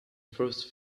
first